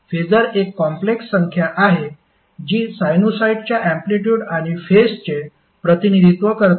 phasor एक complex संख्या आहे जी साइनुसायडच्या अँप्लिटयूड आणि फेजचे प्रतिनिधित्व करते